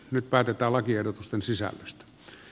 nyt päätetään lakiehdotusten sisällöstä